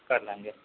کر لیں گے